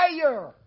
fire